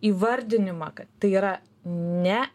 įvardinimą kad tai yra ne